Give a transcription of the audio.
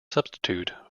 substitute